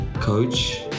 coach